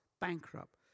bankrupt